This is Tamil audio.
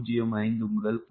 05 முதல் 0